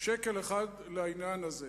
שקל אחד לעניין הזה,